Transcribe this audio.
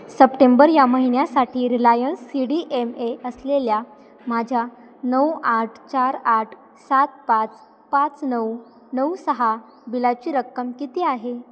September या महिन्यासाठी Reliance C D M A असलेल्या माझ्या नऊ आठ चार आठ सात पाच पाच नऊ नऊ सहा बिलाची रक्कम किती आहे